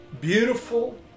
beautiful